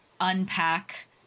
unpack